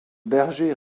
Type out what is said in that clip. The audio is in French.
berger